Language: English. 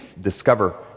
discover